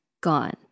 gone